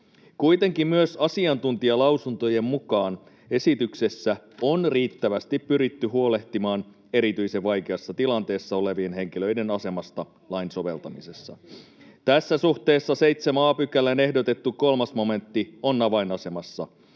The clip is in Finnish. Kuitenkin myös asiantuntijalausuntojen mukaan esityksessä on riittävästi pyritty huolehtimaan erityisen vaikeassa tilanteessa olevien henkilöiden asemasta lain soveltamisessa. Tässä suhteessa 7 a §:n ehdotettu 3 momentti on avainasemassa.